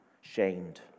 shamed